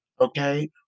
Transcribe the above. okay